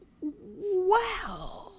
wow